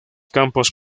campos